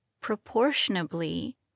proportionably